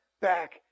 back